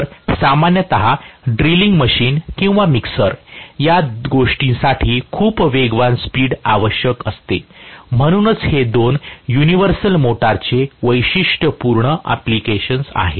तर सामान्यत drilling machine किंवा मिक्सर या गोष्टींसाठी खूप वेगवान स्पीड आवश्यक असते म्हणूनच हे दोन युनिव्हर्सल मोटरचे वैशिष्ट्यपूर्ण अँप्लिकेशन आहेत